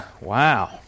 wow